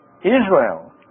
Israel